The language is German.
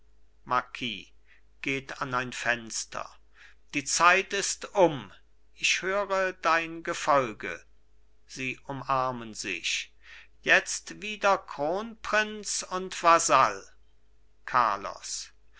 marquis geht an ein fenster die zeit ist um ich höre dein gefolge sie umarmen sich jetzt wieder kronprinz und vasall carlos